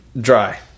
Dry